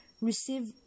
receive